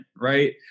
right